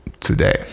today